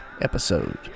episode